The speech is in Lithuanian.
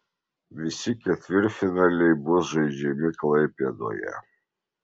visi ketvirtfinaliai bus žaidžiami klaipėdoje